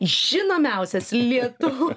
žinomiausias lietu